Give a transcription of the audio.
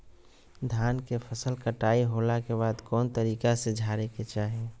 धान के फसल कटाई होला के बाद कौन तरीका से झारे के चाहि?